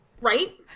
right